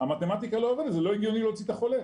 זה לא הגיוני להוציא את החולה